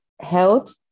health